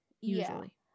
Usually